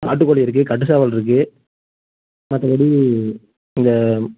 நாட்டுக் கோழி இருக்கு கட்டு சேவல்ருக்கு மற்றபடி இந்த